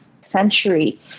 century